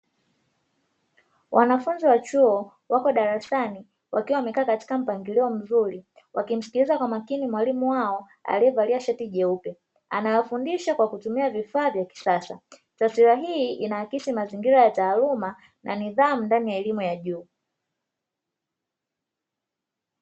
Wanafunzi wa chuo wako darasani wakiwa wamekaa katika mpangilio mzuri wakimsikiliza kwa makini mwalimu wao aliyevalia shati jeupe anawafundisha kwa kutumia vifaa vya kisasa taswila hii inaakisi mazingira ya taaluma na nizam ndani ya elimu ya juu.